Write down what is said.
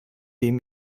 dem